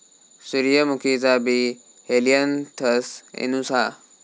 सूर्यमुखीचा बी Helianthus annuus हा